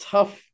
Tough